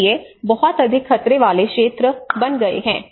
इसलिए बहुत अधिक खतरे वाले क्षेत्र बन गए हैं